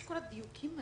אלה עדיין בני אדם.